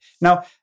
Now